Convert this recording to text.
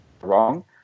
wrong